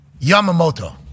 Yamamoto